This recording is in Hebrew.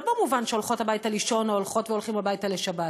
לא במובן שהולכות הביתה לישון או הולכות והולכים הביתה לשבת,